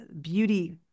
beauty